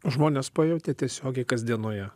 žmonės pajautė tiesiogiai kasdienoje